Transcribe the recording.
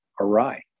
awry